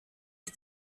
ist